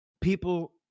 People